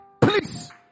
Please